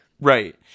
Right